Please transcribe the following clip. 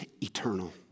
eternal